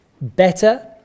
better